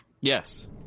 Yes